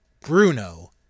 Bruno